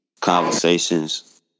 conversations